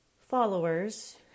followers